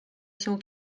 się